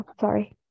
Sorry